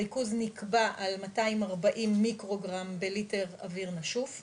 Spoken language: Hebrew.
הריכוז נקבע על 240 מיקרוגרם בליטר אויר נשוף.